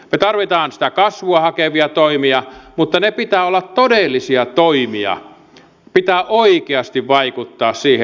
me tarvitsemme sitä kasvua hakevia toimia mutta niiden pitää olla todellisia toimia pitää oikeasti vaikuttaa siihen